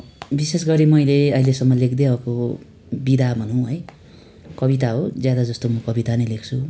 विशेष गरी मैले अहिलेसम्म लेख्दै आएको विधा भनौँ है कविता हो ज्यादाजस्तो म कविता नै लेख्छु